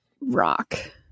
rock